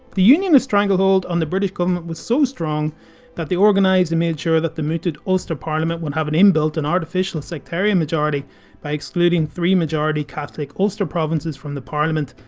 the unionist stranglehold on the british government was so strong that they organised and made sure that the mooted ulster parliament would have an in-built and artificial sectarian majority by excluding three majority catholic ulster provinces from the parliament,